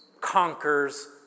conquers